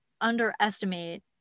underestimate